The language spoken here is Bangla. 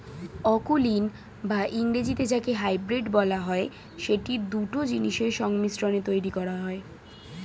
অকুলীন বা ইংরেজিতে যাকে হাইব্রিড বলা হয়, সেটি দুটো জিনিসের সংমিশ্রণে তৈরী করা হয়